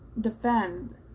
defend